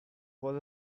was